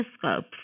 telescope